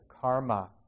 karma